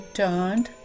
turned